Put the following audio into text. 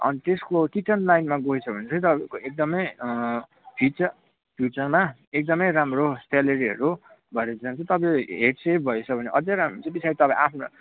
त्यसको किचन लाइनमा गएछ भने चाहिँ तपाईँको एकदमै फिच फ्युचरमा एकदमै राम्रो स्यालेरीहरू भएर जान्छ तपाईँ हेड सेफ भएछ भने अझै राम्रो हुन्छ पछाडि तपाईँ आफ्नो